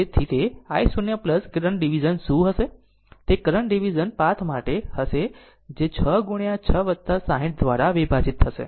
પછી તે જોઈએ કે i 0 કરંટ ડીવીઝન શું હશે પછી તે કરંટ ડીવીઝન પાથ માટે હશે જે 6 ગુણ્યા 6 60 દ્વારા વિભાજિત કરશે